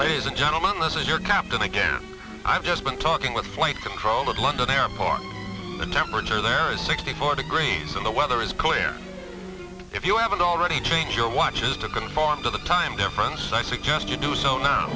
ladies and gentlemen this is your captain again i've just been talking with the flight controller blood on our part the temperature there is sixty four degrees in the weather is clear if you haven't already changed your watches to conform to the time difference i suggest you do so now